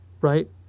Right